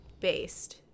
based